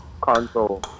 Console